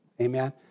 Amen